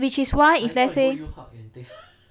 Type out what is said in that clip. which is why let's say